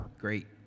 Great